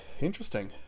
Interesting